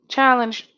Challenge